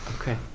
Okay